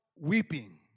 weeping